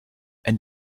and